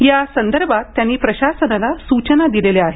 या संदर्भात त्यांनी प्रशासनाला सूचना दिलेल्या आहेत